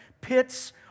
Pits